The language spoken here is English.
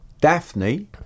Daphne